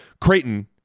Creighton